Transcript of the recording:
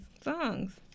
songs